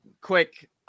quick